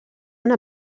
una